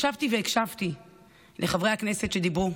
ישבתי והקשיתי לחברי הכנסת שדיברו,